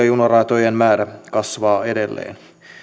junaratojen määrä kasvaa edelleen